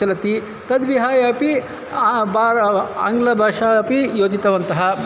चलति तद्विहाय अपि बा आङ्ग्लभाषा अपि योजितवन्तः